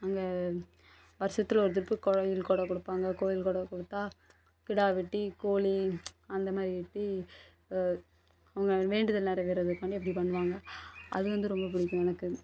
அங்கே வருசத்தில் ஒரு திருப்பு கோவில் கொடை கொடுப்பாங்க கோவில் கொடை கொடுத்தா கிடா வெட்டி கோழி அந்தமாதிரி வெட்டி அவங்க வேண்டுதல் நிறைவேறதக்காண்டி அப்படி பண்ணுவாங்க அது வந்து ரொம்ப பிடிக்கும் எனக்கு